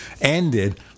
ended